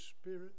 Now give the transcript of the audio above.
Spirit